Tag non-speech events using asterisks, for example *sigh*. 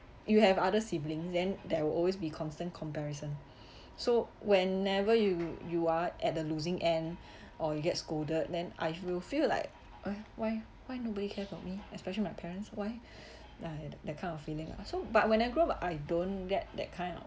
you have other siblings then there will always be constant comparison *breath* so whenever you you are at the losing end *breath* or you get scolded then I will feel like why why why nobody care for me especially my parents why *breath* like that kind of feeling lah so but when I grow up I don't get that kind of